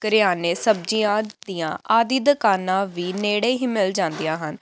ਕਰਿਆਨੇ ਸਬਜ਼ੀਆਂ ਦੀਆਂ ਆਦਿ ਦੁਕਾਨਾਂ ਵੀ ਨੇੜੇ ਹੀ ਮਿਲ ਜਾਂਦੀਆਂ ਹਨ